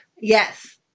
Yes